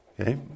Okay